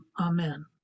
Amen